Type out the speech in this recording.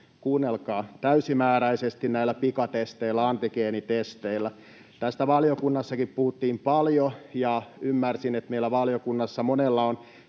kuunnelkaa — näillä pikatesteillä, antigeenitesteillä. Tästä valiokunnassakin puhuttiin paljon, ja ymmärsin, että meillä valiokunnassa monella on